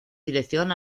dirección